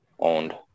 owned